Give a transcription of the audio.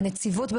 הנציבות.